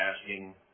asking